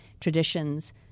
traditions